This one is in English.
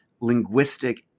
linguistic